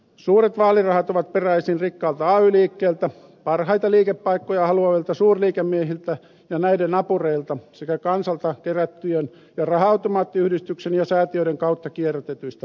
suuret vaalirahat ovat peräisin rikkaalta ay liikkeeltä parhaita liikepaikkoja haluavilta suurliikemiehiltä ja näiden apureilta sekä kansalta kerätyistä ja raha automaattiyhdistyksen ja säätiöiden kautta kierrätetyistä varoista